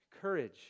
courage